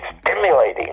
stimulating